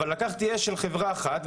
אבל לקחתי אש של חברה אחת,